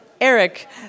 Eric